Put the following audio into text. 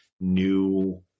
new